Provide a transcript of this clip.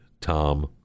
Tom